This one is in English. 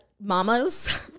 mama's